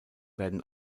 werden